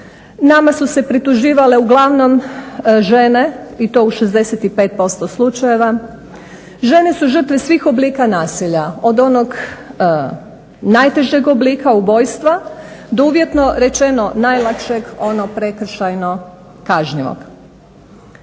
Nama su se prituživale uglavnom žene i to u 65% slučajeva. Žene su žrtve svih oblika nasilja od onog najtežeg oblika ubojstva do uvjetno rečeno najlakšeg ono prekršajno kažnjivog.